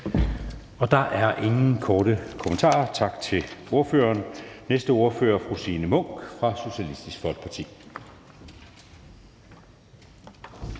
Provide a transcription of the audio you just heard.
Der er ingen korte bemærkninger, så tak til ordføreren. Den næste ordfører er fru Signe Munk fra Socialistisk Folkeparti.